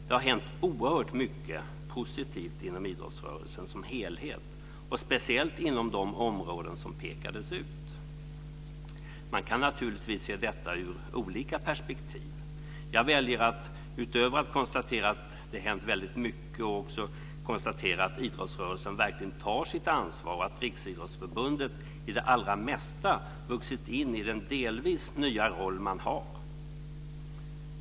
Det har hänt oerhört mycket positivt inom idrottsrörelsen som helhet, och speciellt inom de områden som pekades ut. Man kan naturligtvis se detta ur olika perspektiv. Jag väljer att, utöver att konstatera att det hänt väldigt mycket, också konstatera att idrottsrörelsen verkligen tar sitt ansvar och att Riksidrottsförbundet i de flesta avseenden har vuxit in i den delvis nya roll man har.